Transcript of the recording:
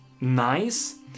nice